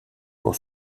pour